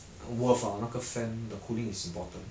worth ah 那个 fan the cooling is important